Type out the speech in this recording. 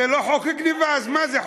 זה לא חוק גנבה, אז מה זה?